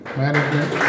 management